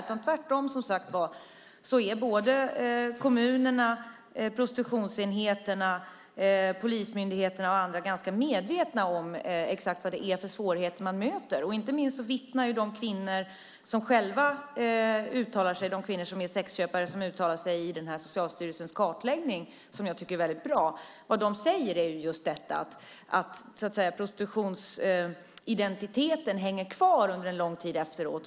Tvärtom är, som sagt, både kommunerna och prostitutionsenheterna och polismyndigheterna och andra ganska medvetna om exakt vad det är för svårigheter man möter. Inte minst vittnar de kvinnor som själva har uttalat sig i Socialstyrelsens kartläggning, som jag tycker är väldigt bra, om att prostitutionsidentiteten hänger kvar under en lång tid efteråt.